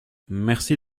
merci